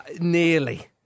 Nearly